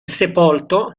sepolto